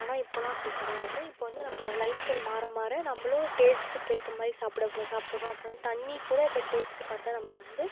ஆனால் இப்போலாம் அப்படி கிடையாது இப்போ வந்து நம்ம லைஃப் ஸ்டைல் மாற மாற நம்மளும் டேஸ்ட்டுக்கு ஏற்ற மாதிரி சாப்பிட சாப்பிடுறோம் அப்புறம் வந்து தண்ணி கூட இப்போ டேஸ்ட் பார்த்துதான் நம்ம வந்து